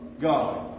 God